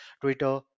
Twitter